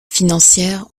financières